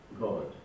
God